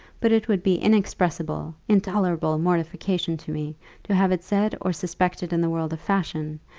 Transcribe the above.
but it would be inexpressible, intolerable mortification to me to have it said or suspected in the world of fashion,